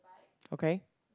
okay